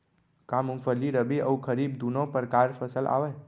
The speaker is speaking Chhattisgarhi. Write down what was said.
का मूंगफली रबि अऊ खरीफ दूनो परकार फसल आवय?